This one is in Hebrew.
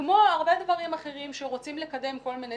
כמו הרבה דברים אחרים שרוצים לקדם כל מיני